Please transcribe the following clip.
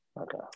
Okay